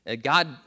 God